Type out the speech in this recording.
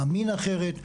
מאמין אחרת.